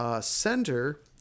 center